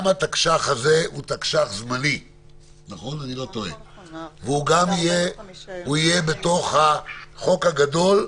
גם התקש"ח הזאת היא תקש"ח זמנית והיא תהיה בתוך החוק הגדול.